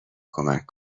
کمک